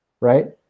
Right